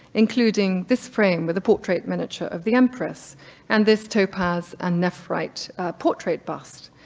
including this frame with a portrait miniature of the empress and this topaz and nephrite portrait bust.